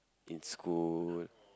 in school